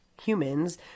humans